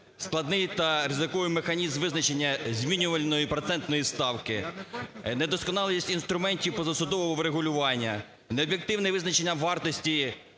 складний та ризиковий механізм визначення змінюваної процентної ставки, недосконалість інструментів позасудового врегулювання, неефективне визначення вартості